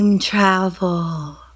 travel